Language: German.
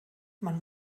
man